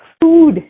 food